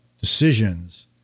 decisions